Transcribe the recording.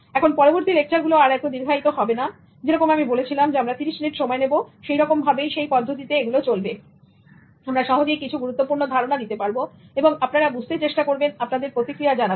এখন পরবর্তী লেকচার গুলো আর এত দীর্ঘ হবে না যেরকম আমি বলেছিলাম আমরা 30 মিনিট সময় নেবো সেই রকম ভাবেই সেই পদ্ধতিতে এগুলো চলবে আমরা সহজেই কিছু গুরুত্বপূর্ণ ধারনা দিতে পারব এবং আপনারা বুঝতে চেষ্টা করবেন আপনাদের প্রতিক্রিয়া জানাবেন